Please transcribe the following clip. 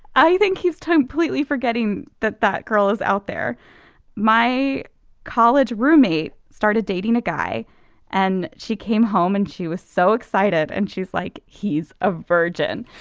i think he's time politely forgetting that that girl is out there my college roommate started dating a guy and she came home and she was so excited and she's like he's a virgin.